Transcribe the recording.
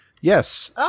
Yes